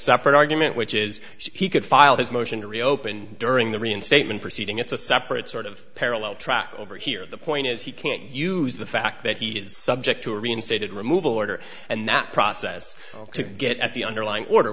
separate argument which is he could file his motion to reopen during the reinstatement proceeding it's a separate sort of parallel track over here the point is he can't use the fact that he is subject to a reinstated removal order and that process to get at the underlying order